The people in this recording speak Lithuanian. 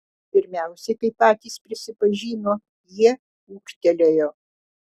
pirmiausia kaip patys prisipažino jie ūgtelėjo